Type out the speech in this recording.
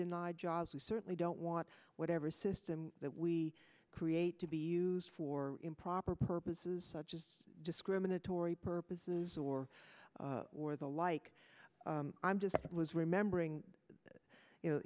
denied jobs we certainly don't want whatever system that we create to be used for improper purposes such as discriminatory purposes or or the like i'm just remembering you know